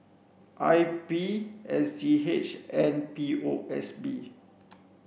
I P S G H and P O S B